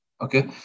Okay